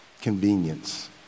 convenience